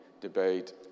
debate